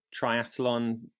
triathlon